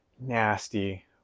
nasty